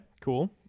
cool